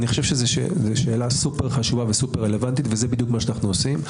זו שאלה סופר חשובה ורלוונטית וזה מה שאנו עושים.